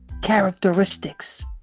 characteristics